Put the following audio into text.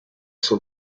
sont